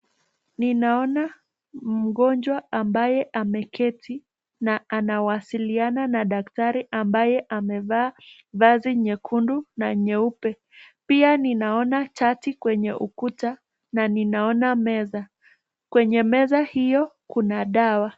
Ninaona mgonjwa ambaye ameketi na anawasiliana na daktari ambaye amevaa vazi nyekundu na nyeupe. Pia ninaona chati kwenye ukuta na ninaona meza. Kwenye meza hiyo, kuna dawa.